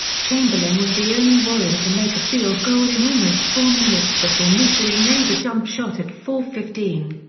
chamberlain was the only warrior to make a field goal in almost four minutes before meschery made a jump shot at four fifteen.